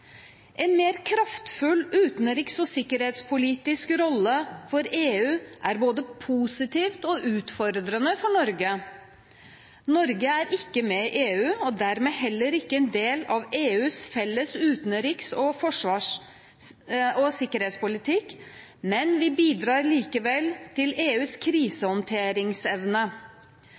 En mer kraftfull utenriks- og sikkerhetspolitisk rolle for EU er både positivt og utfordrende for Norge. Norge er ikke med i EU og dermed heller ikke en del av EUs felles utenriks- og sikkerhetspolitikk, men vi bidrar likevel til EUs krisehåndteringsevne.